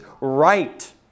right